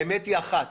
האמת היא אחת: